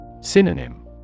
Synonym